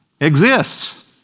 exists